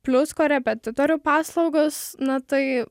plius korepetitorių paslaugos na tai